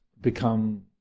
become